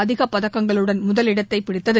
அதிக பதக்கங்களுடன் முதலிடத்தைப் பிடித்தது